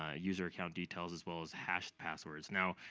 ah user account details as well as hash-passwords. now,